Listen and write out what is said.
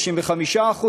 35%,